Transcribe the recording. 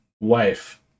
wife